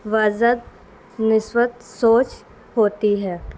وضت نسوت سوچ ہوتی ہے